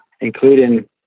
including